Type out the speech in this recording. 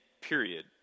period